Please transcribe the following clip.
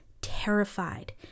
terrified